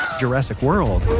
jurassic world.